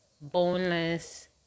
boneless